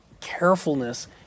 carefulness